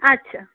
আচ্ছা